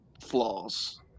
flaws